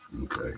Okay